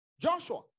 Joshua